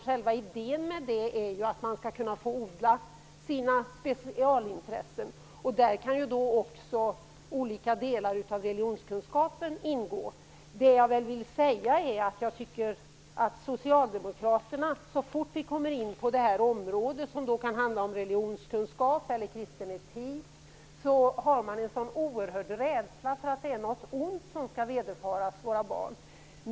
Själva idén med det fria valet är ju att eleverna skall kunna odla sina specialintressen. Där kan också olika delar av religionskunskapen ingå. Så fort vi kommer in på områden som handlar om religionskunskap eller kristen etik visar Socialdemokraterna en sådan oerhörd rädsla för att det är något ont som skall vederfaras våra barn.